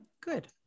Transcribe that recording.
good